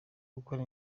gukora